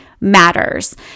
matters